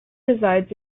resides